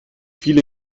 viele